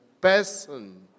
person